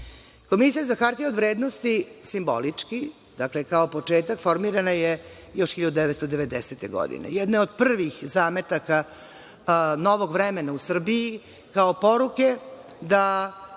Komisija za hartije od vrednosti, simbolički, dakle, kao početak formirana je još 1990. godine, jedna je od prvih zametaka novog vremena u Srbiji, kao poruke da